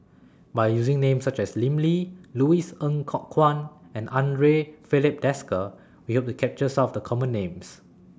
By using Names such as Lim Lee Louis Ng Kok Kwang and Andre Filipe Desker We Hope to capture Some of The Common Names